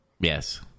Yes